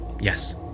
Yes